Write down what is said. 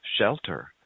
shelter